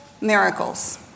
miracles